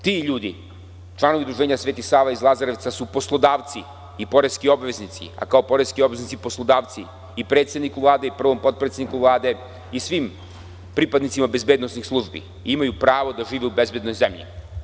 Ti ljudi, članovi Udruženja „Sveti Sava“ iz Lazarevca su poslodavci i poreski obveznici, a kao poreski obveznici i poslodavci i predsedniku Vlade i prvom potpredsedniku Vlade i svim pripadnicima bezbednosnih službi imaju pravo da žive u bezbednoj zemlji.